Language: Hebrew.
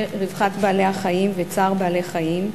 רווחת בעלי-החיים וצער בעלי-החיים,